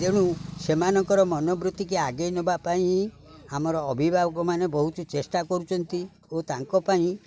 ତେଣୁ ସେମାନଙ୍କର ମନବୃତ୍ତିକି ଆଗେଇ ନବା ପାଇଁ ଆମର ଅଭିଭାବକମାନେ ବହୁତ ଚେଷ୍ଟା କରୁଛନ୍ତି ଓ ତାଙ୍କ ପାଇଁ